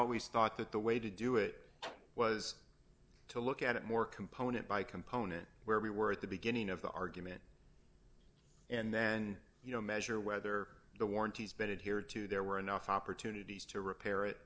always thought that the way to do it was to look at it more component by component where we were at the beginning of the argument and then you know measure whether the warranties bit here too there were enough opportunities to repair it